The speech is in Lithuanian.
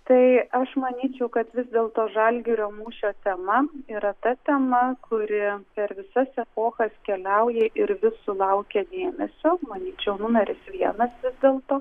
tai aš manyčiau kad vis dėlto žalgirio mūšio tema yra ta tema kuri per visas epochas keliauja ir vis sulaukia dėmesio manyčiau numeris vienas vis dėlto